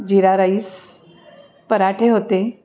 जिरा rice पराठे होते